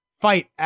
fight